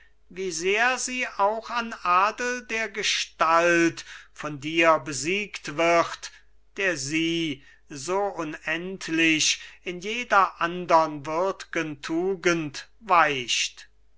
wie sehr sie auch an adel der gestalt vor dir besiegt wird der sie so unendlich in jeder andern würd'gen tugend weicht